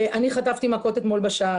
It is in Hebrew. אני אתמול חטפתי מכות בשער.